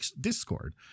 Discord